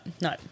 no